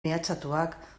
mehatxatuak